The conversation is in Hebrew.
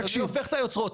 אדוני הופך את היוצרות.